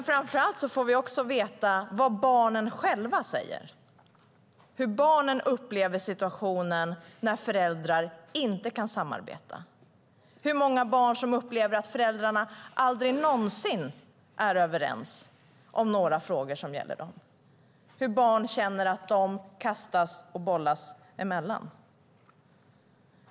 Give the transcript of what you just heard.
Framför allt får vi också veta vad barnen själva säger och hur barnen upplever situationen när föräldrar inte kan samarbeta. Det är många barn som upplever att föräldrarna aldrig någonsin är överens om några frågor som gäller dem. Barn känner att de kastas och bollas mellan sina föräldrar.